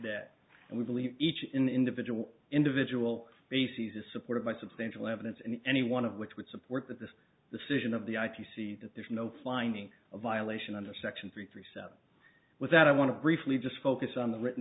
today and we believe each individual individual species is supported by substantial evidence and any one of which would support that this decision of the i p c that there's no finding a violation under section three three so with that i want to briefly just focus on the written